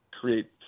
create